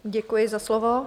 Děkuji za slovo.